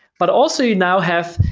but also you now have,